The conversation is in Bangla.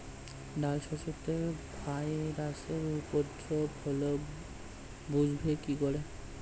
ডাল শস্যতে ভাইরাসের উপদ্রব হলে বুঝবো কি করে?